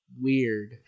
weird